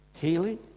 healing